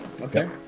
okay